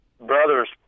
brothers